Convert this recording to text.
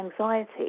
anxiety